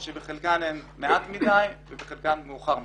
שבחלקן הן מעט מדי ובחלקן מאוחר מדי.